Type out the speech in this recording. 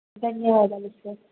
ధన్యవాదాలు సార్